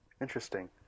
Interesting